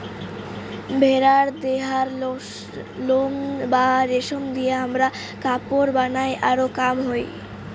ভেড়ার দেহার লোম বা রেশম দিয়ে হামরা কাপড় বানাই আরো কাম হই